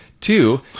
Two